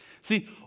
See